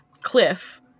Cliff